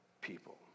people